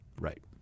Right